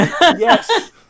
Yes